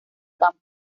campo